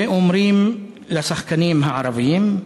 ואומרים לשחקנים הערבים: